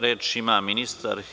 Reč ima ministar.